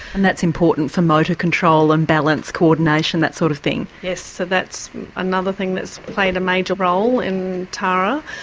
and that's important for motor control and balance, coordination, that sort of thing? yes, so that's another thing that's played a major role in tara,